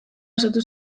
osatu